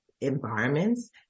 environments